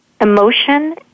emotion